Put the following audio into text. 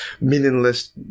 meaningless